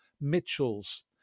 Mitchells